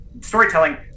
storytelling